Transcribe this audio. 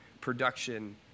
production